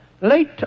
late